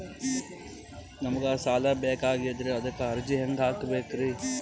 ನಮಗ ಸಾಲ ಬೇಕಾಗ್ಯದ್ರಿ ಅದಕ್ಕ ಅರ್ಜಿ ಹೆಂಗ ಹಾಕಬೇಕ್ರಿ?